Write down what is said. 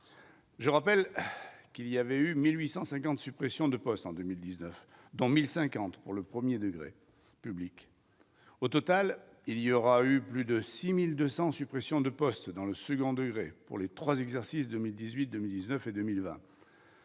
je rappelle qu'il y avait eu 1850 suppressions de postes en 2019 dont 1050 pour le 1er degré public au total il y aura eu plus de 6200 suppressions de postes dans le second degré pour les trois exercice 2018, 2000 19 et 2020,